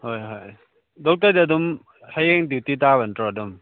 ꯍꯣꯏ ꯍꯣꯏ ꯗꯣꯛꯇꯔꯗꯤ ꯑꯗꯨꯝ ꯍꯌꯦꯡ ꯗ꯭ꯌꯨꯇꯤ ꯇꯥꯕ ꯅꯠꯇ꯭ꯔꯣ ꯑꯗꯨꯝ